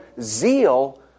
zeal